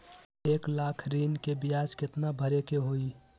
एक लाख ऋन के ब्याज केतना भरे के होई?